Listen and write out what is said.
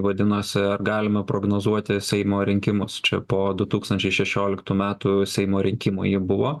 vadinosi ar galime prognozuoti seimo rinkimus čia po du tūkstančiai šešioliktų metų seimo rinkimų ji buvo